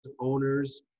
owners